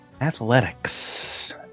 Athletics